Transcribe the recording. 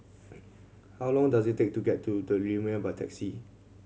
how long does it take to get to The Lumiere by taxi